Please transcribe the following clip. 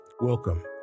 welcome